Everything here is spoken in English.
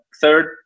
third